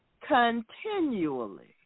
continually